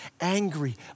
angry